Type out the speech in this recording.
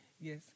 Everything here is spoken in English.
Yes